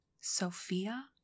Sophia